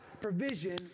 provision